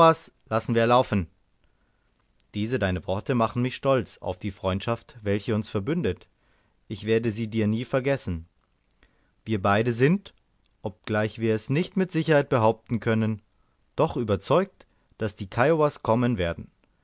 lassen wir laufen diese deine worte machen mich stolz auf die freundschaft welche uns verbündet ich werde sie dir nie vergessen wir beide sind obgleich wir es nicht mit sicherheit behaupten können doch überzeugt daß die kiowas kommen werden